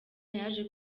yaje